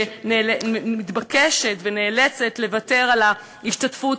שמתבקשת ונאלצת לוותר על ההשתתפות